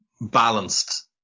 balanced